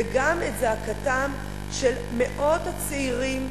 וגם את זעקתם של מאות הצעירים,